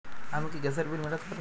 আমি কি গ্যাসের বিল মেটাতে পারি?